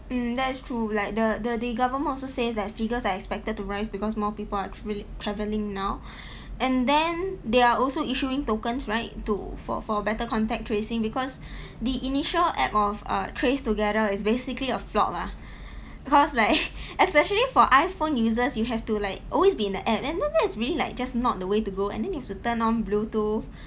mm that is true like the the government also say that figures are expected to rise because more people are r~ travelling now and then they are also issuing tokens right to for for better contact tracing because the initial app of err trace together is basically a flop ah cause like especially for iphone users you have to like always be in the app and that that's really like just not the way to go and then you have to turn on bluetooth